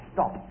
Stop